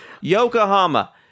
Yokohama